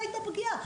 לא הייתה פגיעה,